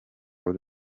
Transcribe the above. buri